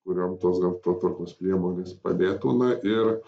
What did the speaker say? kuriom tos gamtotvarkos priemonės padėtų na ir